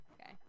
Okay